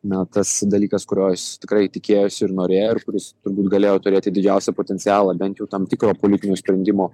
na tas dalykas kurio jis tikrai tikėjosi ir norėjo ir kuris turbūt galėjo turėti didžiausią potencialą bent tam tikrą politinio sprendimo